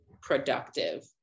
productive